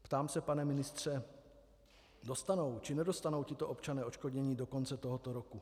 Ptám se, pane ministře: Dostanou, či nedostanou tito občané odškodnění do konce tohoto roku?